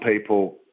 people